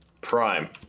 prime